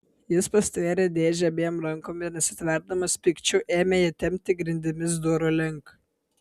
jis pastvėrė dėžę abiem rankom ir nesitverdamas pykčiu ėmė ją tempti grindimis durų link